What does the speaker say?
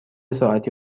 ساعتی